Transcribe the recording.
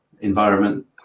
environment